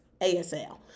ASL